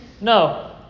No